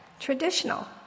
traditional